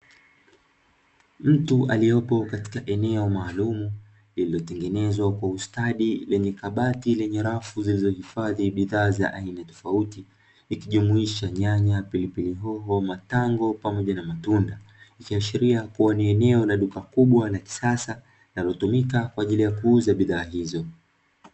Mtu aliyepo katika eneo maalumu, lililotengenezwa kwa ustadi lenye kabati lenye rafu zilizohifadhi bidhaa za aina tofauti, ikijumuisha nyanya, pilipili hoho, matango pamoja na matunda, ikiashiria kuwa ni eneo la duka kubwa la kisasa, linalotumika kwa ajili ya kuuza bidhaa hizo.